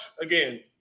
again